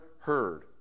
heard